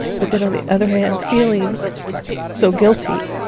but then on the other hand, feeling so guilty.